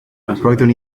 roeddwn